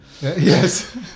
yes